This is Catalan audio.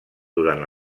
durant